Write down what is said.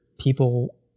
people